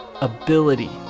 ability